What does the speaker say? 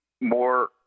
more